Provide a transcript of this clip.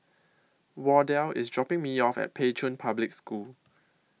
Wardell IS dropping Me off At Pei Chun Public School